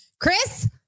Chris